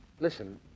Listen